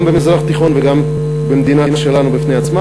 גם במזרח התיכון וגם במדינה שלנו בפני עצמה.